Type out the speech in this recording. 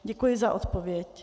Děkuji za odpověď.